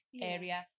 area